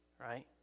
Right